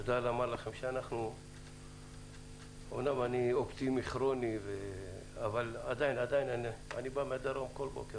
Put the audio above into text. אני יודע לומר לכם אמנם אני אופטימי כרוני שאני בא מהדרום כל בוקר